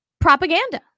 propaganda